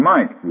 Mike